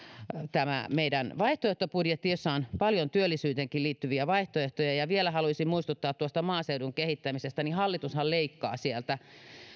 tämä meidän vaihtoehtobudjettimme jossa on paljon työllisyyteenkin liittyviä vaihtoehtoja ja vielä haluaisin muistuttaa tuosta maaseudun kehittämisestä hallitushan leikkaa sieltä